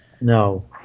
No